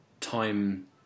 time